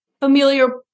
familiar